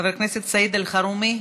חבר הכנסת סעיד אלחרומי,